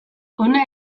hona